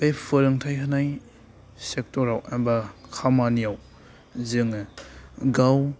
बे फोरोंथाय होनाय सेक्टराव एबा खामानियाव जोङो गाव